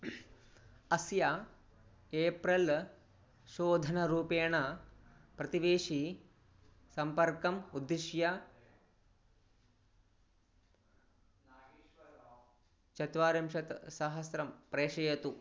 अस्य एप्रल् शोधनरूपेण प्रतिवेशी सम्पर्कम् उद्दिश्य चत्वारिंशत्सहस्रं प्रेषयतु